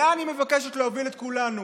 לאן היא מבקשת להוביל את כולנו,